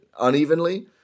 unevenly